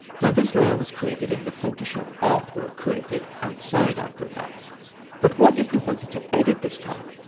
now this layer was created in the photoshop artwork created outside after effects but what if we wanted to edit this type,